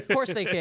course they can't.